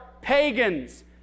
pagans